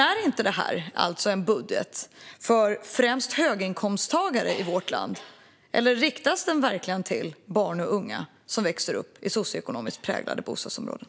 Är inte detta en budget för främst höginkomsttagare i vårt land, eller riktas den verkligen till barn och unga som växer upp i socioekonomiskt utsatta bostadsområden?